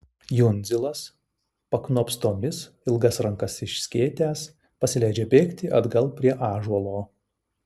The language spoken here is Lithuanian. jundzilas paknopstomis ilgas rankas išskėtęs pasileidžia bėgti atgal prie ąžuolo